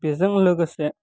बेजों लोगोसे